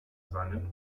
seinen